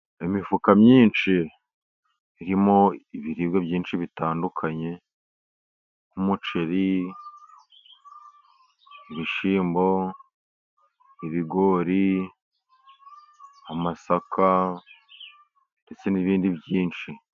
Imifuka myinshi irimo ibiribwa byinshi bitandukanye, nk'umuceri, ibishyimbo, ibigori, amasaka ndetse n'ibindi byinshi.